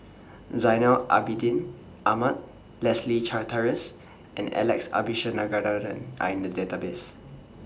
Zainal Abidin Ahmad Leslie Charteris and Alex Abisheganaden Are in The Database